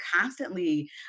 constantly